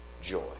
joy